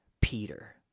Peter